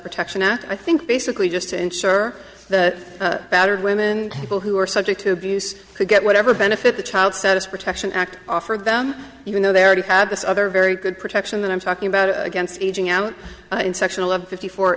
protection act i think basically just to ensure that battered women people who are subject to abuse could get whatever benefit the child status protection act offered them even though they already had this other very good protection and i'm talking about a against aging out in sectional of fifty fo